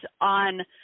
on